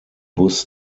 bus